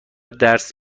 درس